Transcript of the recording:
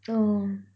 oh